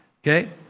Okay